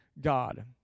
God